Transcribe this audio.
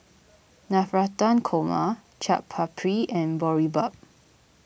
Navratan Korma Chaat Papri and Boribap